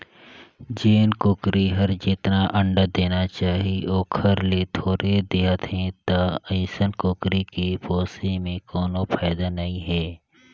जेन कुकरी हर जेतना अंडा देना चाही ओखर ले थोरहें देहत हे त अइसन कुकरी के पोसे में कोनो फायदा नई हे